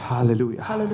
Hallelujah